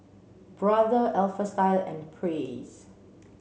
Brother Alpha Style and Praise